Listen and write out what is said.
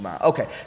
Okay